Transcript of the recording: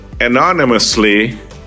anonymously